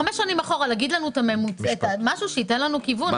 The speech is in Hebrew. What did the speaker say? חמש שנים אחורה, משהו שייתן לנו כיוון.